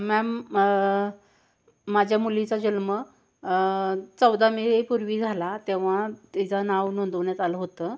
ma'am माझ्या मुलीचा जन्म चौदा मे पूर्वी झाला तेव्हा तिचं नाव नोंदवण्यात आलं होतं